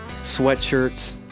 sweatshirts